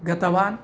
गतवान्